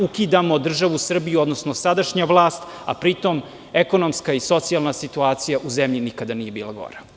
Ukidamo državu Srbiju, sadašnja vlast, a pri tom ekonomska i socijalna situacija u zemlji nikada nije bila gora.